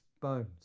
bones